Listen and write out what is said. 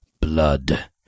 Blood